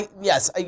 Yes